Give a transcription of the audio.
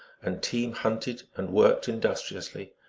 and team hunted and worked industri ously,